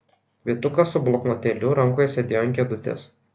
vytukas su bloknotėliu rankoje sėdėjo ant kėdutės